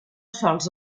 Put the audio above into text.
sols